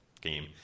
game